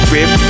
Rip